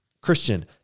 Christian